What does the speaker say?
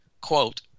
quote